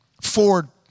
Ford